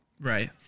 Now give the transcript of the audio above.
Right